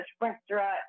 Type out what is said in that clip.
restaurant